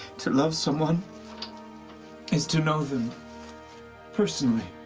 to love someone is to know them personally.